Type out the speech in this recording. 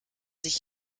sich